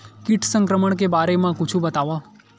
कीट संक्रमण के बारे म कुछु बतावव?